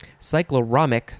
Cycloramic